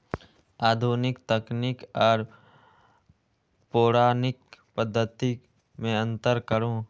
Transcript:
आधुनिक तकनीक आर पौराणिक पद्धति में अंतर करू?